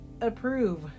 approve